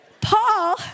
Paul